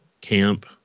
camp